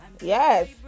Yes